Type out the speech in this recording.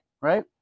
right